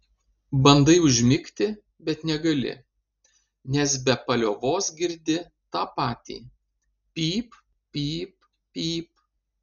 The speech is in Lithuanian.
bandai užmigti bet negali nes be paliovos girdi tą patį pyp pyp pyp